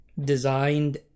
designed